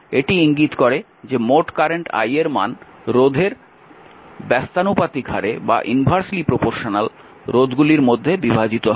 এটি ইঙ্গিত করে যে মোট কারেন্ট i এর মান রোধের ব্যাস্তানুপাতিক হারে রোধগুলির মধ্যে বিভাজিত হয়